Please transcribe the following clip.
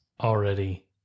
already